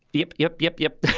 yep, yep, yep. yep.